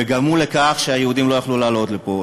וגרמו לכך שיהודים לא יכלו לעלות לפה,